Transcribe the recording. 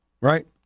right